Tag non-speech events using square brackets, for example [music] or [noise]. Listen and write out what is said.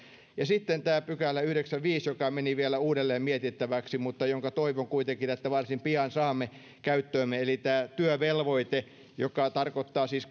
sitten on tämä yhdeksäskymmenesviides pykälä joka meni vielä uudelleen mietittäväksi mutta jonka toivon kuitenkin että varsin pian saamme käyttöömme eli tämä työvelvoite joka tarkoittaa siis [unintelligible]